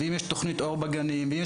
את תוכנית ׳אור בגנים׳,